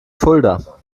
fulda